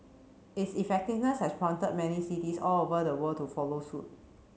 its effectiveness has prompted many cities all over the world to follow suit